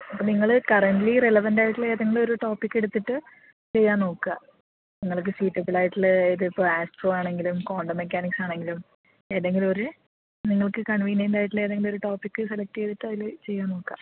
അപ്പോൾ നിങ്ങൾ കറന്റലി റെലവന്റായിട്ടുള്ള ഏതെങ്കിലും ഒരു ടോപ്പിക്ക് എടുത്തിട്ട് ചെയ്യാൻ നോക്കുക നിങ്ങൾക്ക് സ്യൂട്ടബിളായിട്ടുള്ള ഏത് ഇപ്പോൾ ആസ്ട്രോ ആണെങ്കിലും ക്വാണ്ടം മെക്കാനിക്സ് ആണെങ്കിലും ഏതെങ്കിലും ഒരു നിങ്ങൾക്ക് കൺവീനിയന്റായിട്ടുള്ള ഏതെങ്കിലും ഒരു ടോപ്പിക്ക് സെലക്ട് ചെയ്തിട്ട് അതിൽ ചെയ്യാൻ നോക്കുക